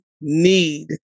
need